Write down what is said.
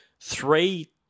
three